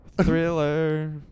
Thriller